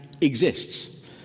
exists